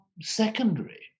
secondary